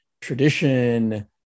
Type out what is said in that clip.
tradition